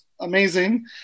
amazing